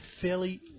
fairly